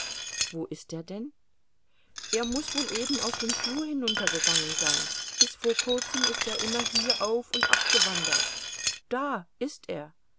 wo ist er denn er muß wohl eben auf den flur hinuntergegangen sein bis vor kurzem ist er immer hier auf und ab gewandert da ist er